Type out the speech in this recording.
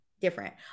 different